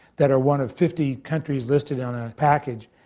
that are one of fifty countries listed on a package.